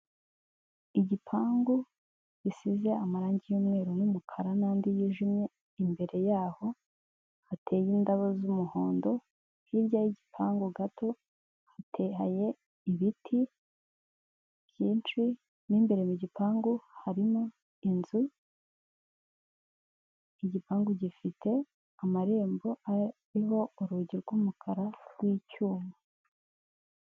Igipangu gisize amarangi y'umweru n'umukara n'andi yijimye, imbere yaho hateye indabo z'umuhondo. Hirya y'igipangu gato hateye ibiti byinshi n'imbere mu gipangu harimo inzu igipangu gifite amarembo ariho urugi rw'umukara rw'icyuma.